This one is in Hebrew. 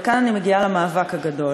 וכאן אני מגיעה למאבק הגדול,